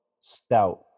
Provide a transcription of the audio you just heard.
Stout